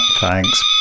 thanks